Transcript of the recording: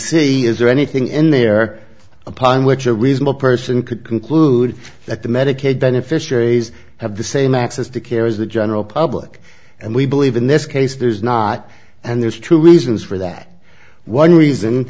see is there anything in there upon which a reasonable person could conclude that the medicaid beneficiaries have the same access to care as the general public and we believe in this case there's not and there's true reasons for that one reason